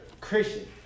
Christian